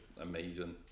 amazing